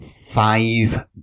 five